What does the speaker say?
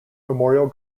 memorial